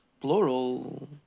Plural